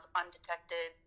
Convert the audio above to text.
undetected